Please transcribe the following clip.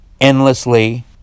endlessly